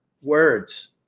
Words